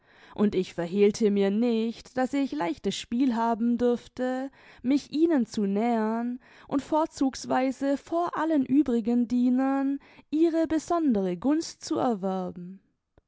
und ich verhehlte mir nicht daß ich leichtes spiel haben dürfte mich ihnen zu nähern und vorzugsweise vor allen übrigen dienern ihre besondere gunst zu erwerben